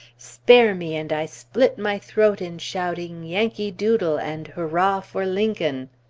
spare me and i split my throat in shouting yankee doodle and hurrah for lincoln!